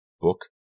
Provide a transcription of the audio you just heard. book